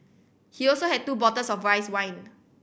he also had two bottles of rice wine